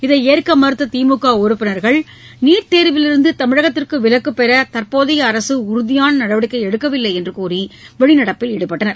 இதை ஏற்க மறுத்த திமுக உறுப்பினர்கள் நீட் தேர்விலிருந்து தமிழகத்திற்கு விலக்குப்பெற தற்போதைய அரசு உறுதியான நடவடிக்கை எடுக்கவில்லை என்று கூறி வெளிநடப்பில் ஈடுபட்டனர்